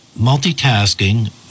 multitasking